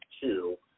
two